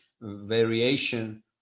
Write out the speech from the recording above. variation